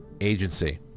Agency